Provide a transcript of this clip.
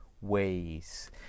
Ways